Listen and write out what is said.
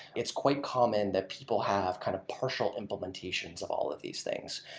it's quite common that people have kind of partial implementations of all of these things.